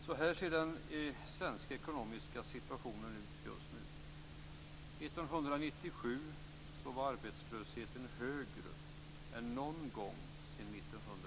Så här ser den svenska ekonomiska situationen ut: 1997 var arbetslösheten högre än någon gång sedan 1974.